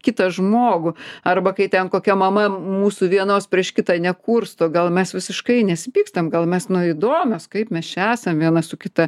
kitą žmogų arba kai ten kokia mama mūsų vienos prieš kitą nekursto gal mes visiškai nesipykstam gal mes na įdomios kaip mes čia esam viena su kita